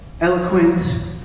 eloquent